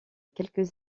quelques